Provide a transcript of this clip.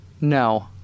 No